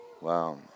Wow